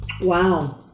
Wow